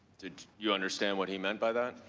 did you understand what he meant by that?